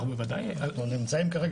בוודאי לקחנו.